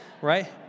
Right